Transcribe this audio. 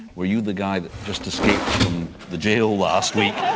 were you the guy that just escaped from the jail last week?